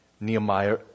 Nehemiah